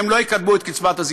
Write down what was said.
הם לא יקבלו את קצבת הסיעוד.